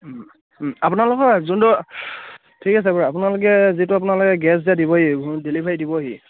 আপোনালোকৰ যোনটো ঠিক আছে বাৰু আপোনালোকে যিটো আপোনালোকে গেছ যে দিবহি ডেলিভাৰী দিবহি